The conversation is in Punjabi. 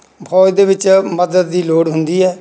ਫੌਜ ਦੇ ਵਿੱਚ ਮਦਦ ਦੀ ਲੋੜ ਹੁੰਦੀ ਹੈ